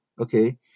okay